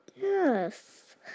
Yes